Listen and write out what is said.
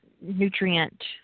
nutrient –